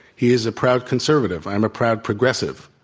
he is a proud conservative. i am a proud progressive.